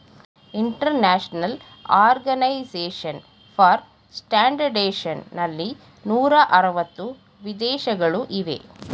international organisation for standardisation ನಲ್ಲಿ ನೂರ ಅರವತ್ತು ವಿದೇಶಗಳು ಇವೆ